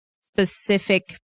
specific